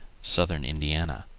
southern indiana.